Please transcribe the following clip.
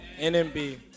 NMB